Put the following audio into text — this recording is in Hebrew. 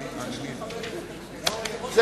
זה נכון בעת שיש קואליציה שמכבדת את